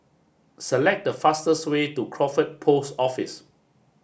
select the fastest way to Crawford Post Office